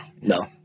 no